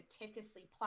meticulously